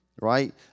right